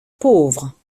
pauvre